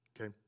okay